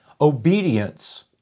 obedience